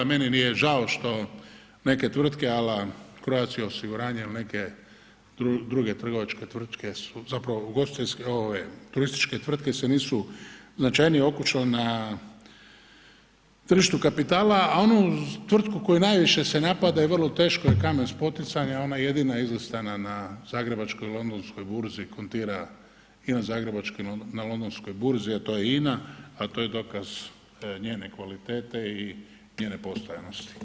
Meni nije žao što neke tvrtke a la Croatia osiguranje ili neke druge trgovačke tvrtke, zapravo ugostiteljske ove turističke tvrtke se nisu značajnije okušale na tržištu kapitala, a onu tvrtku koju se najviše napada i vrlo teško je kamen spoticanja ona je jedina izlistana na zagrebačkoj i londonskoj burzi, kontira i na zagrebačkoj i na londonskoj burzi, a to je INA, a to je dokaz njene kvalitete i njene postojanosti.